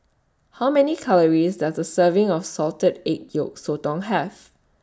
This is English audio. How Many Calories Does A Serving of Salted Egg Yolk Sotong Have